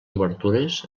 obertures